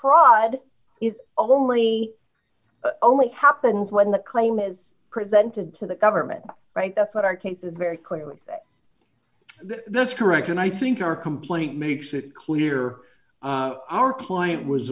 fraud is only only happens when the claim is presented to the government right that's what our case is very clear that's correct and i think our complaint makes it clear our client was